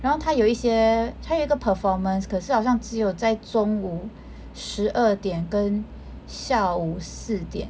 然后他有一些他有一个 performance 可是好像只有在中午十二点跟下午四点